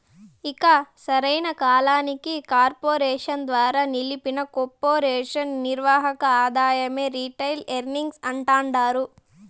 ఇక సరైన కాలానికి కార్పెరేషన్ ద్వారా నిలిపిన కొర్పెరేషన్ నిర్వక ఆదాయమే రిటైల్ ఎర్నింగ్స్ అంటాండారు